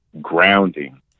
grounding